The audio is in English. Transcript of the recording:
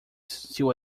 still